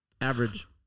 Average